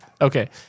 Okay